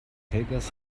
helgas